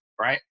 right